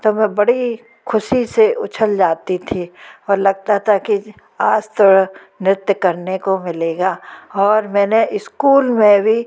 तो मैं बड़ी ख़ुशी से उछल जाती थी और लगता था कि आज तो नृत्य करने को मिलेगा और मैंने इस्कूल में भी